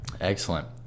excellent